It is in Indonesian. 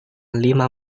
lima